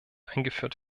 eingeführt